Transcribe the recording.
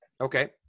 okay